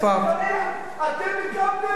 אתם הקמתם?